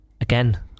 Again